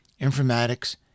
informatics